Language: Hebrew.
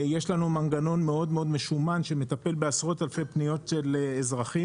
יש לנו מנגנון מאוד מאוד משומן שמטפל בעשרות אלפי פניות של אזרחים,